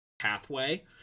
pathway